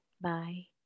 Bye